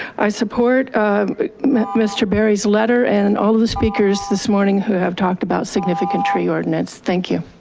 i support mr. berry's letter and all the speakers this morning who have talked about significant tree ordinance. thank you.